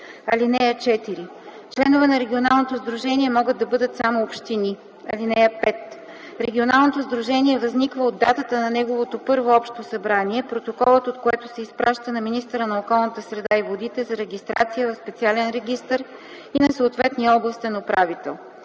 РИОСВ. (4) Членове на регионалното сдружение могат да бъдат само общини. (5) Регионалното сдружение възниква от датата на неговото първо общо събрание, протоколът от което се изпраща на министъра на околната среда и водите за регистрация в специален регистър и на съответния областен управител.